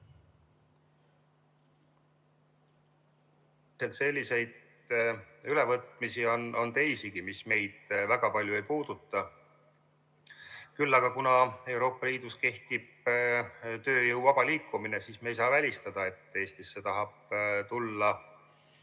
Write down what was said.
ülevõtmisi on teisigi, mis meid väga palju ei puuduta. Küll aga, kuna Euroopa Liidus kehtib tööjõu vaba liikumine, siis ei saa me välistada, et Eestisse tahab tulla